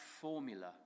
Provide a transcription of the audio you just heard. formula